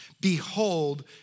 behold